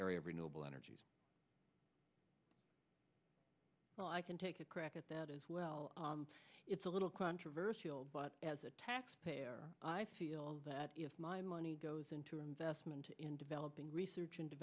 area of renewable energies so i can take a crack at that as well it's a little controversial but as a taxpayer i feel that if my money goes into investment in developing research